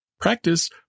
Practice